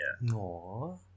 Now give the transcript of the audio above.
no